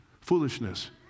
foolishness